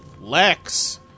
Lex